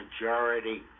majority